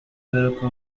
ingaruka